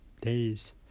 days